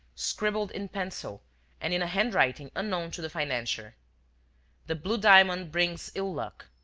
scribbled in pencil and in a handwriting unknown to the financier the blue diamond brings ill-luck.